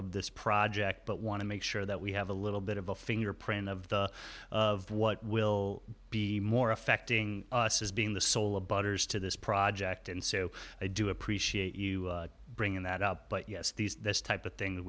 of this project but want to make sure that we have a little bit of a fingerprint of the of what will be more affecting us as being the sole butter's to this project and so i do appreciate you bringing that up but yes these this type of thing